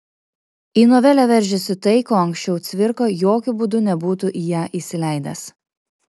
į novelę veržiasi tai ko anksčiau cvirka jokiu būdu nebūtų į ją įsileidęs